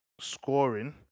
scoring